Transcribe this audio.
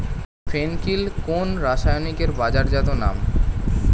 ফেন কিল কোন রাসায়নিকের বাজারজাত নাম?